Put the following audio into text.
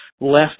left